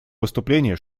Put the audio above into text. выступления